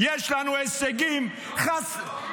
יש לנו הישגים --- לא,